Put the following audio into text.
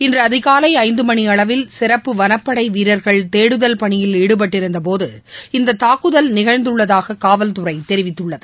இன்று அதிகாலை ஐந்து மணி அளவில் சிறப்பு வனப்படை வீரர்கள் தேடுதல் பணியில் ஈடுபட்டிருந்தபோது இந்த தாக்குதல் நிகழ்ந்துள்ளதாக காவல்துறை தெரிவித்துள்ளது